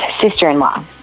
sister-in-law